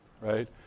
right